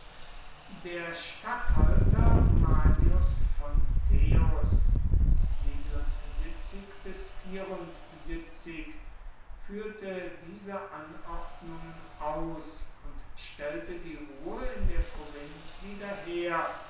der statthalter manius fonteius führte diese anordnungen aus und stellte die ruhe in der provinz wieder her